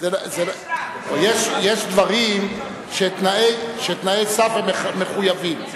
יש דברים שבהם תנאי סף הם מחויבים.